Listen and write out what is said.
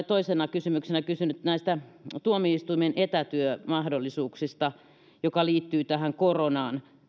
toisena kysymyksenä tuomioistuimen etätyömahdollisuuksista mikä liittyy tähän koronaan